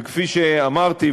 וכפי שאמרתי,